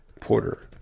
porter